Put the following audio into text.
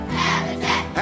habitat